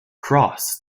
cross